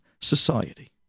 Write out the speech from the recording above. society